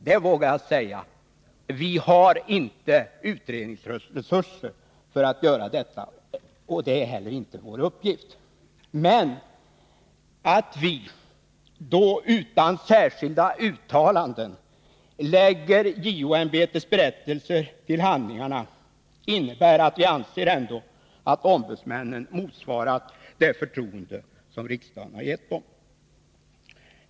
Det vågar jag säga. Vi har inte utredningsresurser för att göra detta, och det är heller inte vår uppgift. Men att vi utan särskilda uttalanden lägger JO-ämbetets berättelse till handlingarna innebär att vi ändå anser att ombudsmännen motsvarat det förtroende som riksdagen har givit dem.